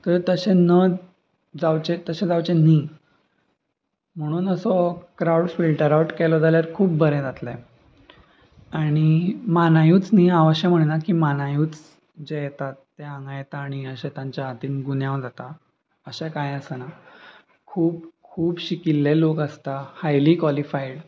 तर तशें न जावचे तशें जावचे न्हय म्हणून असो क्रावड फिल्टर आवट केलो जाल्यार खूब बरें जातलें आनी मानायूच न्हय हांव अशें म्हणटा की मानायूच जे येतात ते हांगा येता आनी अशें तांच्या हातान गुन्यांव जाता अशें कांय आसना खूब खूब शिकिल्ले लोक आसता हायली कॉलिफायड